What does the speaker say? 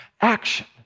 action